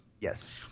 Yes